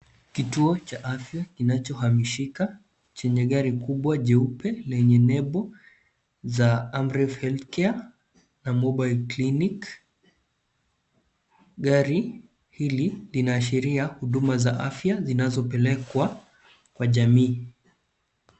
Kituo cha afya kinachohamishika chenye gari kubwa, jeupe, lenye nembo za Amref Health Care na mobile clinic . Gari hili linaashiria huduma ya kwanza na za afya zinazopelekwa kwa jamii.